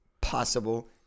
Possible